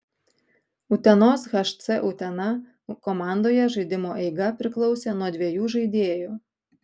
utenos hc utena komandoje žaidimo eiga priklausė nuo dviejų žaidėjų